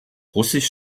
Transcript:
russisch